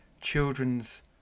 children's